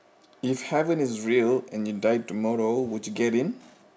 if heaven is real and you die tomorrow would you get in